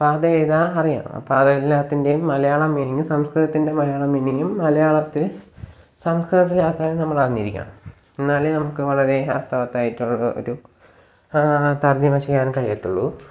അപ്പം അതെഴുതാൻ അറിയണം അപ്പം എല്ലാത്തിൻ്റെയും മലയാളം മീനിങ് സംസ്കൃതത്തിൻ്റെ മലയാളം മീനീങ്ങും മലയാളത്തെ സംസ്കൃതത്തിൽ ആക്കാനും നമ്മൾ അറിഞ്ഞിരിക്കണം എന്നാലെ നമുക്ക് വളരെ അർത്ഥവത്തായിട്ടുള്ള ഒരു തർജ്ജമ്മ ചെയ്യാൻ കഴിയത്തുള്ളൂ